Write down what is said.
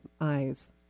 eyes